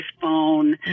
phone